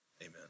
amen